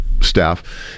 staff